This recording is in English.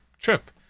trip